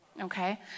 Okay